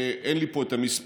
אין לי פה את המספרים,